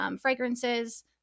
fragrances